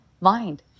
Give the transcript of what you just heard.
mind